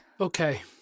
Okay